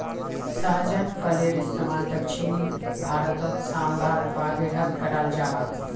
सहजन फलिर इस्तेमाल दक्षिण भारतोत साम्भर वागैरहत कराल जहा